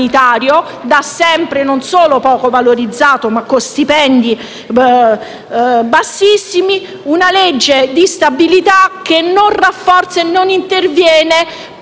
da sempre non solo poco valorizzato, ma con stipendi bassissimi; una legge di bilancio che non rafforza e non interviene